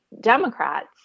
Democrats